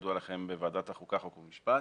כידוע לכם, בוועדת החוקה, חוק ומשפט,